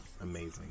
amazing